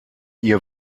ihr